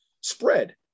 spread